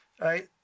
right